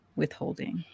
withholding